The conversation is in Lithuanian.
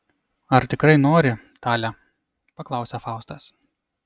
ar tikrai nori tale paklausė faustas